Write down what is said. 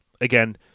again